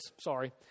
Sorry